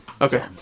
okay